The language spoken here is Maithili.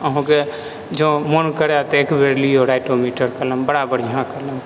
अहुँके जौं मोन करै तऽ एकबेर लियौ राइटोमीटर कलम बड़ा बढ़िआँ कलम